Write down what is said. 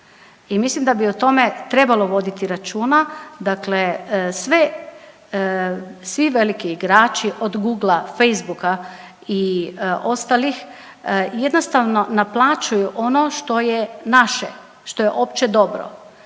mislim da bi o tome trebalo voditi računa, dakle svi veliki igrači od Googla, Facebooka i ostalih … jednostavno naplaćuju ono što je naše što je opće dobro.